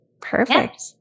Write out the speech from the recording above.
Perfect